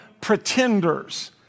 pretenders